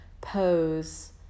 pose